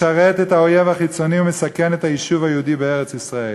משרת את האויב החיצוני ומסכן את היישוב היהודי בארץ-ישראל.